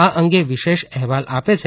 આ અંગે વિશેષ અહેવાલ આપે છે